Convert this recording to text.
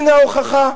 הנה ההוכחה: